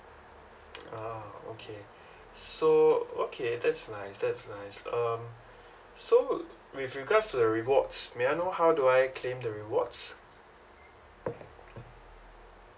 ah okay so okay that's nice that's nice um so with regards to the rewards may I know how do I claim the rewards